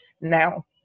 now